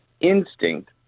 instinct